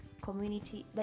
community